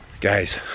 Guys